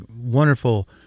wonderful